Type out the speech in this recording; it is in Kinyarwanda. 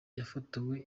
yafotowe